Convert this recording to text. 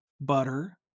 butter